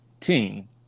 team